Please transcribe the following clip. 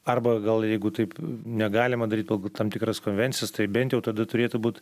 arba gal jeigu taip negalima daryt tam tikras konvencijas tai bent jau tada turėtų būt